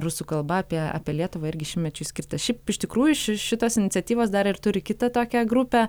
rusų kalba apie apie lietuvą irgi šimtmečiui skirta šiaip iš tikrųjų ši šitos iniciatyvos dar ir turi kitą tokią grupę